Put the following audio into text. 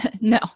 no